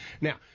Now